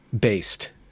based